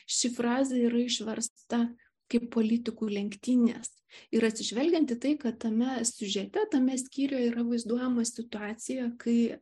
ši frazė yra išversta kaip politikų lenktynės ir atsižvelgiant į tai kad tame siužete tame skyriuje yra vaizduojama situacija kai